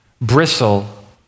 bristle